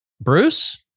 Bruce